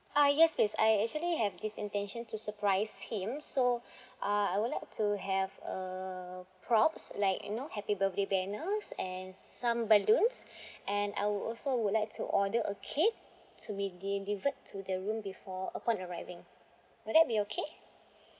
ah yes please I actually have this intention to surprise him so uh I would like to have uh props like you know happy birthday banners and some balloons and I would also would like to order a cake to be delivered to the room before upon arriving would that be okay